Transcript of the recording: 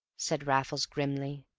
said raffles grimly.